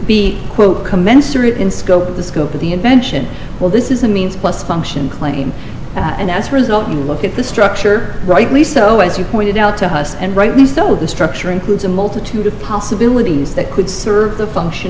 be quote commensurate in scope the scope of the invention well this is a means plus function claim and as a result you look at the structure rightly so as you pointed out to us and rightly still the structure includes a multitude of possibilities that could serve the function